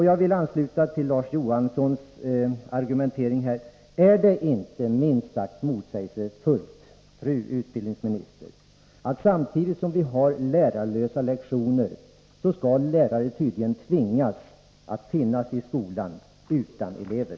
Jag vill ansluta mig till Larz Johanssons argumentering: Är det inte minst sagt motsägelsefullt, fru utbildningsminister, att samtidigt som vi har lärarlösa lektioner skall lärare tydligen tvingas att vistas i skolan utan elever?